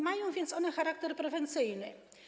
Mają więc one charakter prewencyjny.